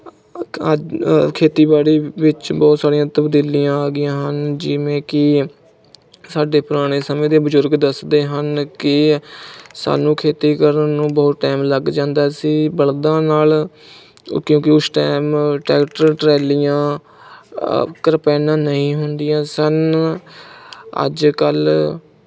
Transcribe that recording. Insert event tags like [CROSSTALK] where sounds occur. [UNINTELLIGIBLE] ਖੇਤੀਬਾੜੀ ਵਿੱਚ ਬਹੁਤ ਸਾਰੀਆਂ ਤਬਦੀਲੀਆਂ ਆ ਗਈਆਂ ਹਨ ਜਿਵੇਂ ਕਿ ਸਾਡੇ ਪੁਰਾਣੇ ਸਮੇਂ ਦੇ ਬਜ਼ੁਰਗ ਦੱਸਦੇ ਹਨ ਕਿ ਸਾਨੂੰ ਖੇਤੀ ਕਰਨ ਨੂੰ ਬਹੁਤ ਟਾਈਮ ਲੱਗ ਜਾਂਦਾ ਸੀ ਬਲਦਾਂ ਨਾਲ ਕਿਉਂਕਿ ਉਸ ਟਾਈਮ ਟ੍ਰੈਕਟਰ ਟਰਾਲੀਆਂ ਕਰਪਾਇਨਾਂ ਨਹੀਂ ਹੁੰਦੀਆਂ ਸਨ ਅੱਜ ਕੱਲ੍ਹ